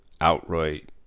outright